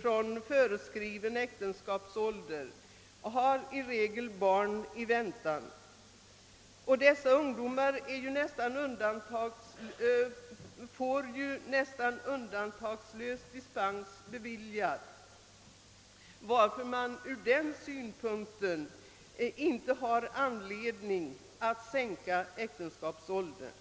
från föreskriven äktenskapsålder väntar i regel barn, och de ungdomarna får nästan undantagslöst sådan dispens beviljad. Ur den synpunkten finns det därför ingen anledning att sänka äktenskapsåldern.